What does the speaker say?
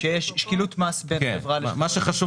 שיש שקילות מס בין חברה --- כן מה שחשוב